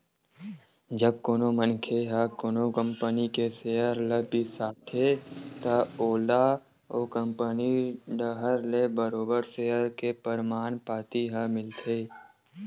जब कोनो मनखे ह कोनो कंपनी के सेयर ल बिसाथे त ओला ओ कंपनी डाहर ले बरोबर सेयर के परमान पाती ह मिलथे